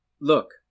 look